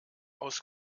aus